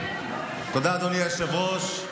תודה, אדוני היושב-ראש.